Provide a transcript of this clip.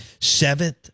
Seventh